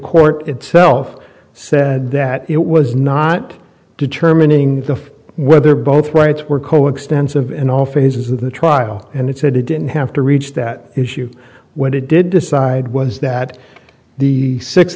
court itself said that it was not determining the whether both rights were co extensive in all phases of the trial and it said it didn't have to reach that issue when it did decide was that the six